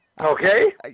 okay